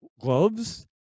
gloves